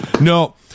No